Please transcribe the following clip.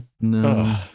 no